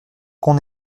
qu’on